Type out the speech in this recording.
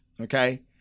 Okay